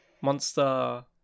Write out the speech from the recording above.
monster